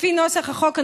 לפי נוסח החוק הנוכחי,